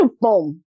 boom